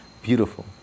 beautiful